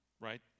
right